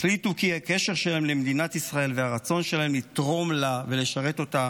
החליטו כי הקשר שלהם למדינת ישראל והרצון שלהם לתרום לה ולשרת אותה